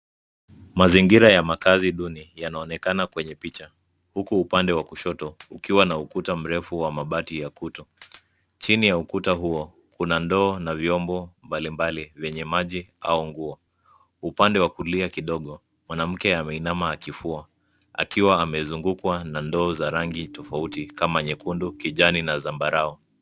Mazingira ya makazi duni yanaonekana kwenye picha, huku upande wa kushoto ukiwa na ukuta mrefu wa mabati ya kutu. Chini ya ukuta huo, kuna ndoo na vyombo mbalimbali vyenye maji au nguo. Upande wa kulia kidogo, mwanamke ameinama akifua, akiwa amezungukwa na ndoo za rangi tofauti kama nyekundu, kijani na zambarau.